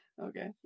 Okay